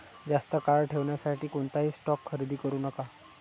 जास्त काळ ठेवण्यासाठी कोणताही स्टॉक खरेदी करू नका